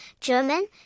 German